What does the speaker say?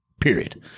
Period